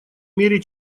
мере